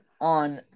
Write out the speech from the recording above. on